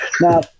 Now